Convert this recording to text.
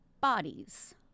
bodies